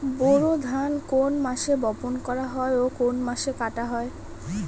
বোরো ধান কোন মাসে বপন করা হয় ও কোন মাসে কাটা হয়?